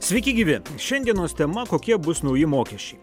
sveiki gyvi šiandienos tema kokie bus nauji mokesčiai